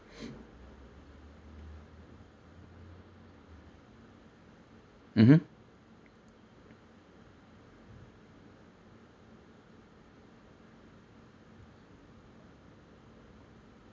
mmhmm